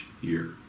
year